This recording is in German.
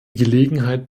gelegenheit